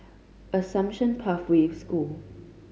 Assumption Pathway School